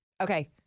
Okay